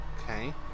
Okay